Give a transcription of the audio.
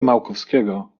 małkowskiego